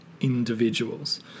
individuals